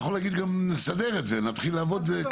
אתה יכול להגיד שתסדרו את זה אבל כרגע תתחילו לעבוד ככה.